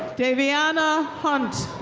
davidhannah hunte.